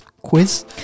quiz